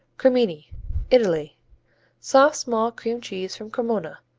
cremini italy soft, small cream cheese from cremona,